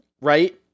right